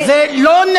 זה לא,